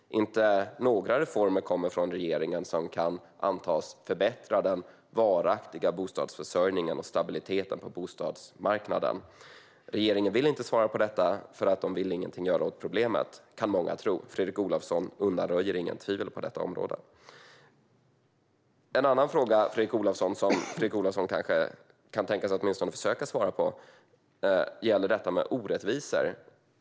Inte några reformer kommer från regeringen som kan antas förbättra den varaktiga bostadsförsörjningen och stabiliteten på bostadsmarknaden. Regeringen vill inte svara på detta eftersom de inte vill göra någonting åt problemet, kan många tro. Fredrik Olovsson undanröjer inget tvivel på detta område. En annan fråga, som Fredrik Olovsson kanske kan tänka sig att åtminstone försöka svara på, gäller orättvisor.